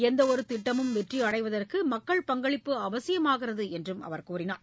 எந்தவொரு திட்டமும் வெற்றி அடைவதற்கு மக்கள் பங்களிப்பு அவசியமாகிறது என்றும் அவர் கூறினார்